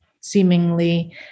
seemingly